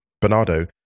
Bernardo